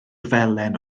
felen